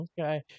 Okay